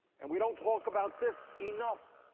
and we don't talk about this enough.